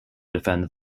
defend